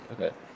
okay